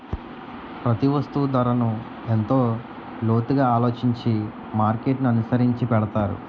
ప్రతి వస్తువు ధరను ఎంతో లోతుగా ఆలోచించి మార్కెట్ననుసరించి పెడతారు